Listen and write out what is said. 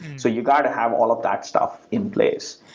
so you got to have all of that stuff in place.